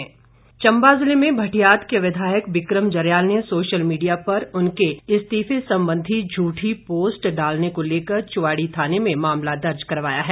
बिक्रम जरयाल चंबा ज़िले में भटियात के विधायक बिक्रम जरयाल ने सोशल मीडिया पर उनके इस्तीफे संबंधी झूठी पोस्ट डालने को लेकर चुवाड़ी थाने में मामला दर्ज करवाया है